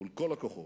מול כל הכוחות,